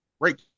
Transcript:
Great